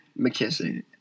McKissick